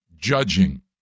judging